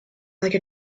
like